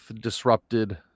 disrupted